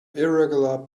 irregular